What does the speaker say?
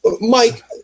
Mike